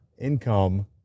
income